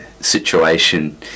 situation